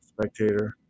spectator